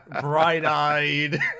bright-eyed